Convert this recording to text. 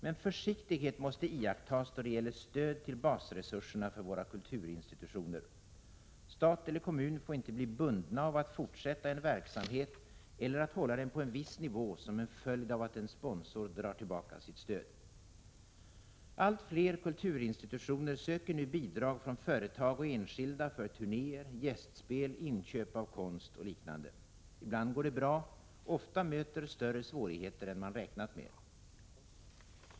Men försiktighet måste iakttas då det gäller stöd till basresurserna för våra kulturinstitutioner. Stat eller kommun får inte bli bundna av att fortsätta en verksamhet eller att hålla den på en viss nivå som en följd av att en sponsor drar tillbaka sitt stöd. Allt fler kulturinstitutioner söker nu bidrag från företag och enskilda för turnéer, gästspel, inköp av konst och liknande. Ibland går det bra, ofta möter större svårigheter än man räknat med.